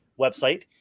website